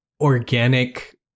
organic